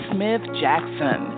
Smith-Jackson